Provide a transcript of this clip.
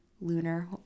lunar